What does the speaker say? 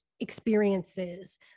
Experiences